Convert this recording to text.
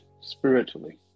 spiritually